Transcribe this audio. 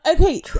Okay